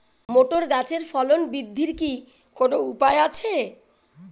Motor গাছের ফলন বৃদ্ধির কি কোনো উপায় আছে?